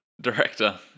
director